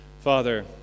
Father